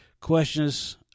questions